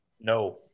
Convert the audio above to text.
no